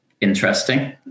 interesting